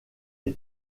est